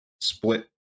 split